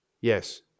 Yes